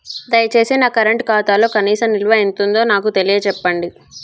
దయచేసి నా కరెంట్ ఖాతాలో కనీస నిల్వ ఎంతుందో నాకు తెలియచెప్పండి